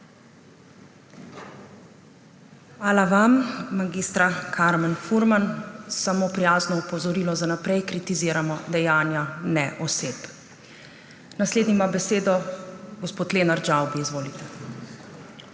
Hvala vam, mag. Karmen Furman. Samo prijazno opozorilo za naprej, kritiziramo dejanja, ne oseb. Naslednji ima besedo gospod Lenart Žavbi. Izvolite.